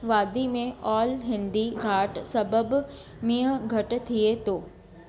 वादी में ऑल हिंदी घाटि सबबु मींहुं घटि थिए थो